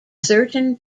certain